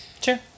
Sure